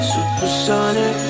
Supersonic